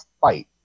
fight